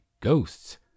ghosts